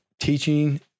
teaching